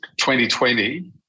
2020